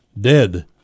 dead